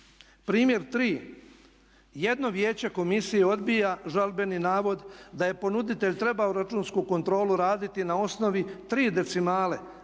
Primjer 3., jedno vijeće komisije odbija žalbeni navod da je ponuditelj trebao računsku kontrolu raditi na osnovi 3 decimale,